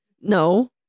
No